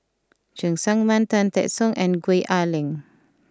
Cheng Tsang Man Tan Teck Soon and Gwee Ah Leng